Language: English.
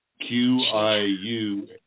q-i-u